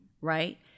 right